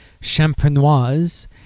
Champenoise